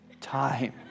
time